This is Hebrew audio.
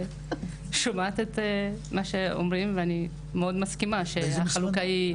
שומעת את מה שאומרים ואני מאוד מסכימה שהחלוקה היא-